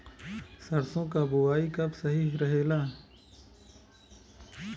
सरसों क बुवाई कब सही रहेला?